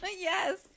Yes